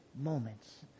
moments